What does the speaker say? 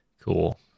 Cool